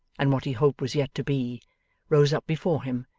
and what he hoped was yet to be rose up before him,